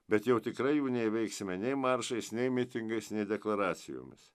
bet jau tikrai jų neįveiksime nei maršais nei mitingais deklaracijomis